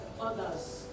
others